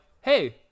hey